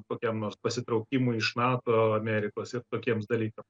kokiam nors pasitraukimui iš nato amerikos ir tokiems dalykam